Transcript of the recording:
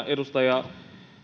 edustaja